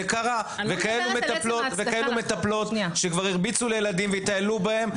זה קרה וכאלה מטפלות שכבר הרביצו לילדים והתעללו בהם,